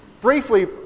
briefly